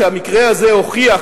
שהמקרה הזה הוכיח,